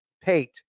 Pate